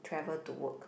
travel to work